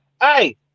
Hey